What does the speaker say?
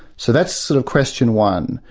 so that's sort of question one.